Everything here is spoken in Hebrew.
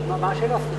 מה, מה השאלה, סליחה?